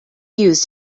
used